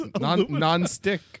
non-stick